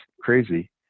crazy